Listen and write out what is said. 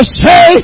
say